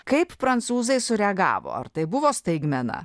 kaip prancūzai sureagavo ar tai buvo staigmena